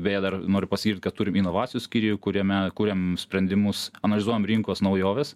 beje dar noriu pasigirt kad turim inovacijų skyrių kuriame kuriam sprendimus analizuojam rinkos naujoves